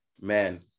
man